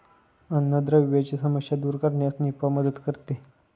अन्नद्रव्यांची समस्या दूर करण्यास निफा मदत करते